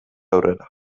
aurrera